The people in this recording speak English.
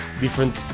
different